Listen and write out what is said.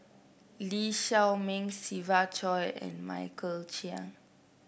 Lee Shao Meng Siva Choy and Michael Chiang